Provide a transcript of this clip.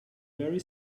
very